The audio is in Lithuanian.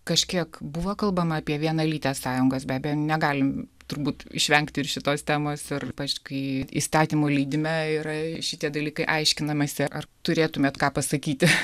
kažkiek buvo kalbama apie vienalytes sąjungas be abejo negalim turbūt išvengti ir šitos temos ir ypač kai įstatymų leidime yra šitie dalykai aiškinamasi ar turėtumėt ką pasakyti